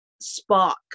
spark